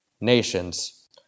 nations